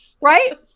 Right